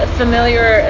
familiar